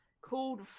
called